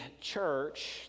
church